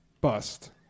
bust